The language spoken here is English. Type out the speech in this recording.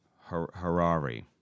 Harari